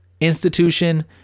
Institution